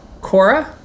Cora